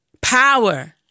Power